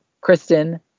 Kristen